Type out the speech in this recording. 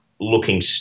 looking